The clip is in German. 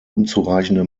unzureichende